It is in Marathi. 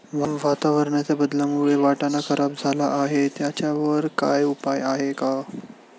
वातावरणाच्या बदलामुळे वाटाणा खराब झाला आहे त्याच्यावर काय उपाय आहे का?